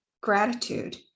gratitude